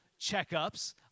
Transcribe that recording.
checkups